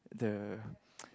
the